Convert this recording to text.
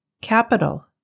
Capital